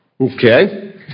Okay